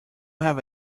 have